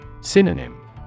Synonym